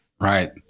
Right